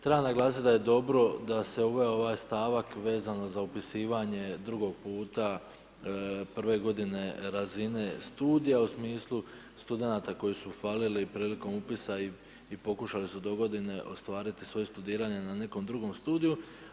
Treba naglasiti da je dobro da se uveo ovaj stavak vezano za upisivanje drugog puta prve godine razine studija u smislu studenata koji su falili prilikom upisa i pokušali su dogodine ostvariti svoje studiranje na nekom drugom studiju.